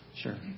Sure